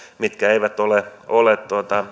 mitkä eivät ole ole